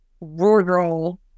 rural